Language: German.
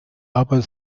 aber